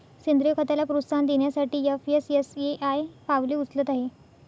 सेंद्रीय खताला प्रोत्साहन देण्यासाठी एफ.एस.एस.ए.आय पावले उचलत आहे